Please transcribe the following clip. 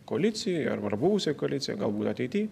koalicijoj ar ar buvusioj koalicijoj galbū ateity